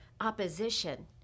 opposition